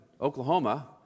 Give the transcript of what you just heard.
Oklahoma